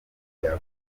umuntu